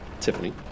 Tiffany